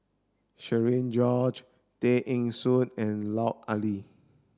Cherian George Tay Eng Soon and Lut Ali